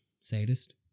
sadist